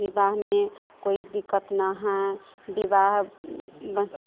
विवाहमे कोइ दिक्कत नहि हय विवाह पानि